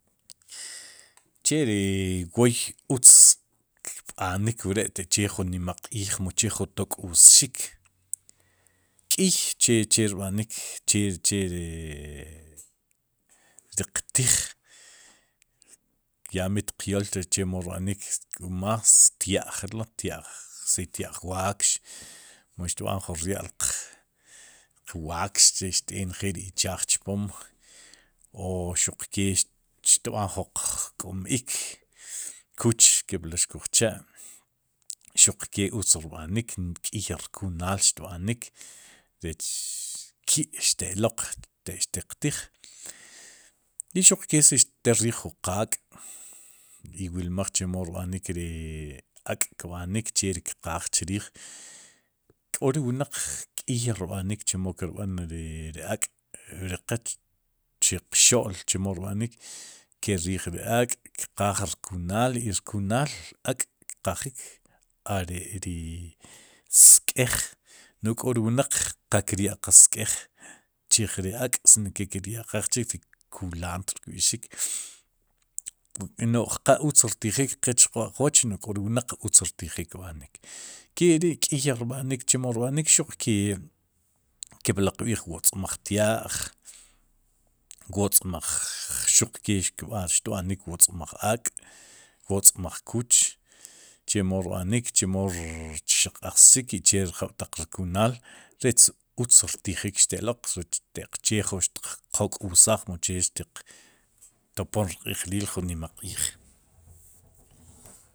Che ri woy utz kb'anik wre'taq che jun nima q'iij mu che jun tok'wxik, k'iy che che rb'anik che che rii tiq tiij, yamiiy tiq yool chemo rb'anik más tya'jlo tiya'j sey waakx mu xtb'anik jun rya'l qwaakx che xt'ek njeel ri ichaaj chpom o xuq kee xtb'aan jun jk'om iik kuch kepli xkuj cha' xuq kee utz rb'anik, nk'iy rkunaal xtb'anik rech ki' xte'loq taq xtiq tiij i xuq kee si xtelik riij jun qaak', iwilmaj chemo rb'anik rii ak'kb'anik che ri kqaaj chrrij k ó ri wnaq k'iy rb'anik chemo kir b'an ri ak'ri qe chiqxo'l chemo rb'anik kel riij ri ak'kqaaj rkunaal i rkunaal ak' kqajik, are'ri sk'ej no'j k'o ri wnaq qa kirya'qaaj sk eej' chiij ri ak' sinke kirya'qaaj kulantr kb'i'xik no'j qa uzt ktijik qe chb'aq'qwooch no'j k'o ri wnaq utz rtijik kb'an kek'ri k'iy rb'anik chemo rb'anik xuqke kepli qb'iij wotz'maaj tya'j qotz'maj ruqke xtb'anik wotz'maaj aak' wotz'maaj kuch, chemo rb'anik chemo rchq'xsik y che jab ytaq rkunaal rech utz rtijik xte'laq rech te'q che xtiq qook'wsaj mu che xtopom jun rq'iij liil nima q'iij.